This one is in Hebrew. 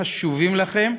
חשובים לכם,